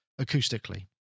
acoustically